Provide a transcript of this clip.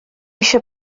eisiau